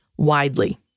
widely